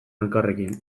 elkarrekin